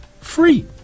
Free